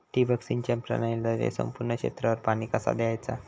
ठिबक सिंचन प्रणालीद्वारे संपूर्ण क्षेत्रावर पाणी कसा दयाचा?